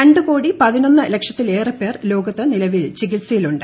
രണ്ട് കോടി പതിനൊന്ന് ലക്ഷത്തിലേറെ പേർ ലോകത്ത് നിലവിൽ ചികിത്സയിലുണ്ട്